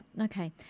Okay